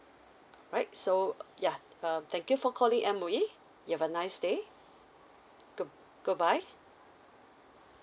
right so ya err thank you for calling M_O_E you have a nice day good goodbye